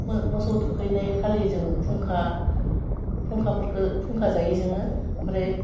मोह मोसौ थुखैनाय खालि जों फुंखा खुंखाफोरखो खुंखा जायो जोङो आमफ्राय